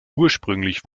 ursprünglich